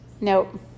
Nope